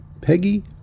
Peggy